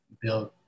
build